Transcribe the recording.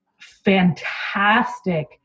fantastic